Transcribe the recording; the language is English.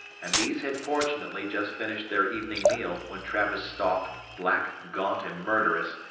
and these had fortunately just finished their evening meal when travis stalked, black, gaunt and murderous,